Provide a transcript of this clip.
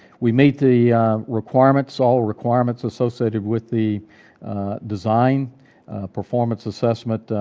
we meet the requirements, all requirements associated with the design performance assessment,